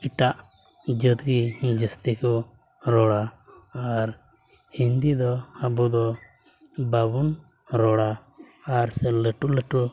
ᱮᱴᱟᱜ ᱡᱟᱹᱛ ᱜᱮ ᱡᱟᱹᱥᱛᱤ ᱠᱚ ᱨᱚᱲᱟ ᱟᱨ ᱦᱤᱱᱫᱤ ᱫᱚ ᱟᱵᱚ ᱫᱚ ᱵᱟᱵᱚᱱ ᱨᱚᱲᱟ ᱟᱨ ᱥᱮ ᱞᱟᱹᱴᱩᱼᱞᱟᱹᱴᱩ